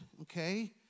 Okay